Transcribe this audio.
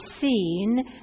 seen